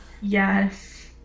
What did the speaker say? Yes